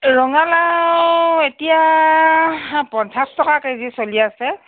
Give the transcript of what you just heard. ৰঙালাউ এতিয়া পঞ্চাছ টকা কেজি চলি আছে